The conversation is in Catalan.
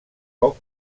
poc